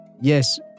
Yes